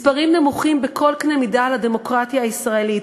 מספרים נמוכים בכל קנה מידה לדמוקרטיה הישראלית.